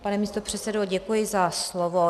Pane místopředsedo, děkuji za slovo.